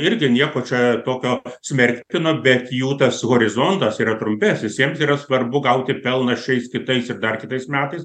irgi nieko čia tokio smerktino bet jų tas horizontas yra trumpesnis jiems yra svarbu gauti pelną šiais kitais ir dar kitais metais